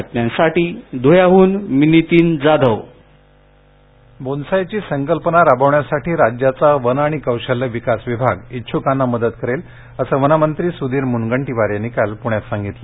प्रतिनिधी नीतीन जाधवधुळे बोन्साय बोन्सायची संकल्पना राबविण्यासाठी राज्याचा वन आणि कौशल्य विकास विभाग इच्छकांना मदत करेल असं वनमंत्री सुधीर मुनगंटीवार यांनी काल पुण्यात सांगितलं